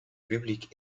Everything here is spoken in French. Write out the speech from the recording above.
publique